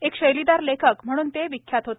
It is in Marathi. एक शैलीदार लेखक म्हणून ते ख्यात होते